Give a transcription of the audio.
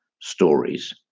stories